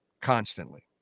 constantly